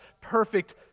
perfect